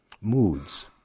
moods